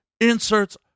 inserts